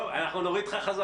בכלל